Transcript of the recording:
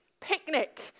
picnic